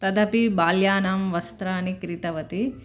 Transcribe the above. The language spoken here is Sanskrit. तदपि बाल्यानां वस्त्रानि क्रीतवती